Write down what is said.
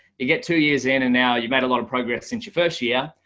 you get two years in. and now you've met a lot of progress since your first year.